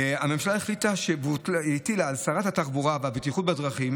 הממשלה הטילה על שרת התחבורה והבטיחות בדרכים